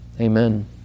Amen